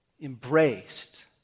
embraced